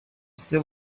ese